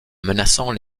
menaçant